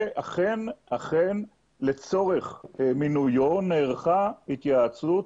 ואכן לצורך מינויו נערכה התייעצות,